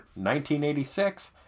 1986